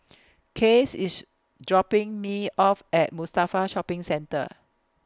Case IS dropping Me off At Mustafa Shopping Centre